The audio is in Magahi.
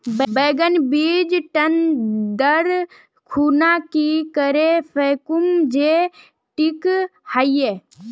बैगन बीज टन दर खुना की करे फेकुम जे टिक हाई?